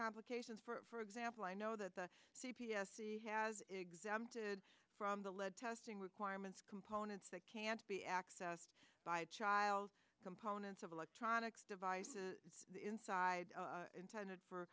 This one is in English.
complications for example i know that the c p s has exempted from the lead testing requirements components that can't be accessed by child components of electronics devices inside intended for